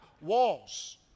walls